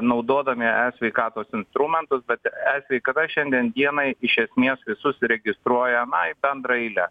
naudodami e sveikatos instrumentus bet e sveikata šiandien dienai iš esmės visus registruoja na į bendrą eilę